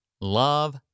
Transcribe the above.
love